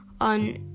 on